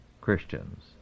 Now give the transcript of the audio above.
Christians